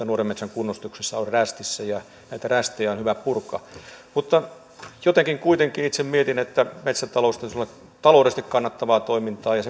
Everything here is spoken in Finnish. nuoren metsän kunnostuksesta on rästissä ja näitä rästejä on hyvä purkaa jotenkin kuitenkin itse mietin että metsätalouden pitäisi olla taloudellisesti kannattavaa toimintaa ja